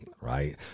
right